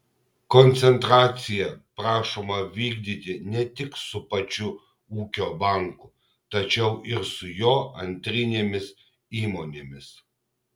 koncentracija prašoma vykdyti ne tik su pačiu ūkio banku tačiau ir su jo antrinėmis įmonėmis